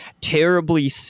terribly